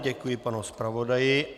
Děkuji panu zpravodaji.